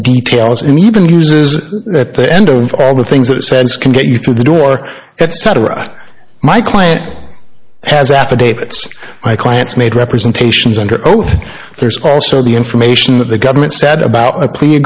details and even uses at the end of all the things that it says can get you through the door etc my client has affidavits my clients made representations under oath there's also the information that the government said about a ple